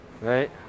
Right